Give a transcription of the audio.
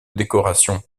décorations